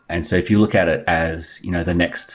and so if you look at it as you know the next